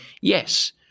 yes